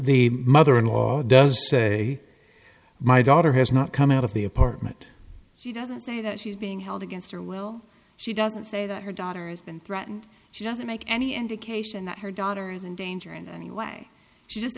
the mother in law does say my daughter has not come out of the apartment she doesn't say that she's being held against her will she doesn't say that her daughter has been threatened she doesn't make any indication that her daughter is in danger in any way she just